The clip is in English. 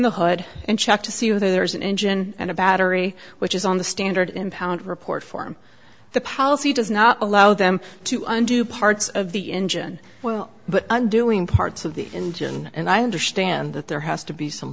the hood and check to see if there's an engine and a battery which is on the standard impound report form the policy does not allow them to undo parts of the engine but undoing parts of the engine and i understand that there has to be some